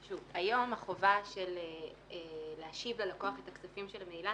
היום החובה להשיב ללקוח את הכספים של המעילה